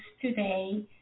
today